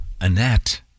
Annette